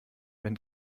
wenn